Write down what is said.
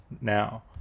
now